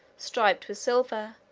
striped with silver,